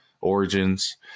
origins